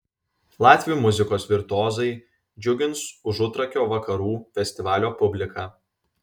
latvių muzikos virtuozai džiugins užutrakio vakarų festivalio publiką